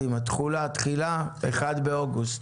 תחולה, תחילה 1 באוגוסט.